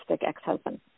ex-husband